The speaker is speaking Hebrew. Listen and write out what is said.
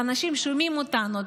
ואנשים שומעים אותנו.